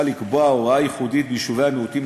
לקבוע הוראה ייחודית ליישובי המיעוטים,